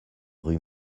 rue